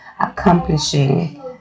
accomplishing